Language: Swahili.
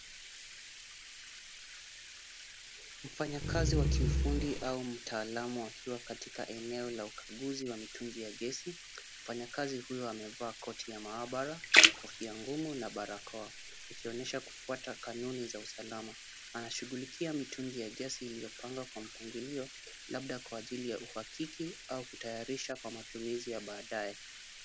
Mfanyakazi wa kiufundi au mtaalamu akiwa katika eneo la ukaguzi wa mitungi ya gesi. Mfanyikazi huyo amevaa koti ya maabara, kofia ngumu na barakoa ikionyesha kufuata kanuni za usalama. Anashughulikia mitungi ya gesi iliyopangwa kwa mpangilio labda kwa ajili ya uhakiki au kutayarisha kwa matumizi ya baadae.